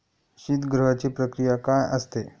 शीतगृहाची प्रक्रिया काय असते?